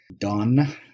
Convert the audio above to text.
done